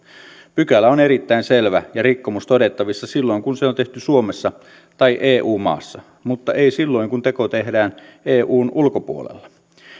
pykälä on erittäin selvä ja rikkomus todettavissa silloin kun se on tehty suomessa tai eu maassa mutta ei silloin kun teko tehdään eun ulkopuolella